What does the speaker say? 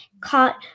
caught